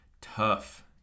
tough